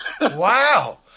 Wow